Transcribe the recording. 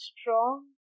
strong